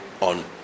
on